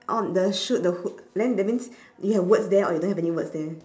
oh the shoot the hoop then that means you have words there or you don't have any words there